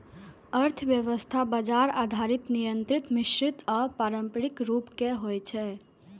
अर्थव्यवस्था बाजार आधारित, नियंत्रित, मिश्रित आ पारंपरिक रूप मे होइ छै